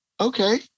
okay